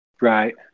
Right